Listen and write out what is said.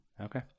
Okay